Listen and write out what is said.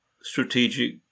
strategic